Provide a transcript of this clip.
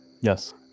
Yes